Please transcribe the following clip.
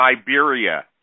Siberia